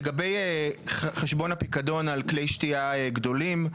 לגבי חשבון הפיקדון על כלי שתייה גדולים.